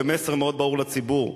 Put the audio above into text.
ומסר מאוד ברור לציבור,